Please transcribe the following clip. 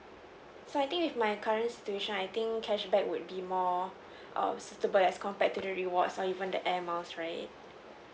so I think with my current situation I think cashback would be more err suitable as compared to the rewards or even the Air Miles right